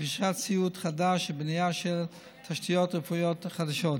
רכישת ציוד חדש ובנייה של תשתיות רפואיות חדשות.